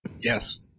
yes